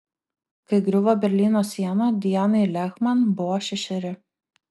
kai griuvo berlyno siena dianai lehman buvo šešeri